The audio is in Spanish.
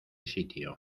sitio